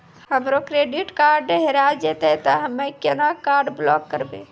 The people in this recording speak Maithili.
हमरो क्रेडिट कार्ड हेरा जेतै ते हम्मय केना कार्ड ब्लॉक करबै?